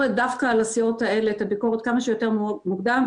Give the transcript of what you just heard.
דווקא על הסיעות האלה את הביקורת כמה שיותר מוקדם,